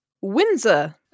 Windsor